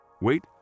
Wait